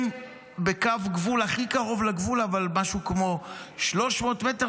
הם בקו הכי קרוב לגבול אבל משהו כמו 300 מטר